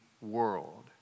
world